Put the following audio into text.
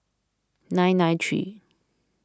nine nine three